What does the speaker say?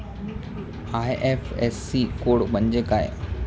IFSC code म्हणजे काय?